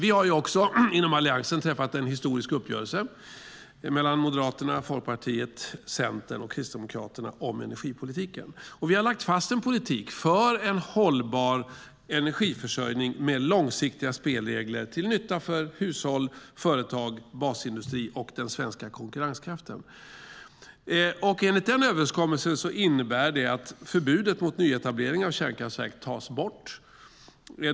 Inom Alliansen har vi träffat en historisk uppgörelse mellan Moderaterna, Folkpartiet, Centern och Kristdemokraterna om energipolitiken. Vi har lagt fast en politik för en hållbar energiförsörjning med långsiktiga spelregler till nytta för hushåll, företag, basindustri och den svenska konkurrenskraften. Den överenskommelsen innebär att förbudet mot nyetablering av kärnkraftverk tas bort.